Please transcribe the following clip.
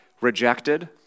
rejected